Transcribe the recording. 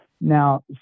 Now